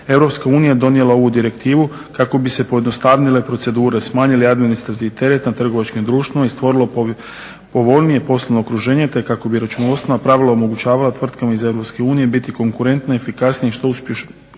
EU donijela je ovu direktivu kako bi se pojednostavnile procedure, smanjili administrativni teret na trgovačkim društvima i stvorilo povoljnije poslovno okruženje, te kako bi računovodstveno pravila omogućavala tvrtkama iz EU biti konkurentne, efikasnije i što uspješnijima